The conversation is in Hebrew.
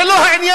זה לא העניין.